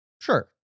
Sure